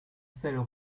celles